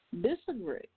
disagree